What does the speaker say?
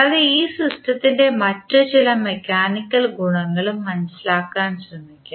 കൂടാതെ ഈ സിസ്റ്റത്തിൻറെ മറ്റ് ചില മെക്കാനിക്കൽ ഗുണങ്ങളും മനസിലാക്കാൻ ശ്രമിക്കും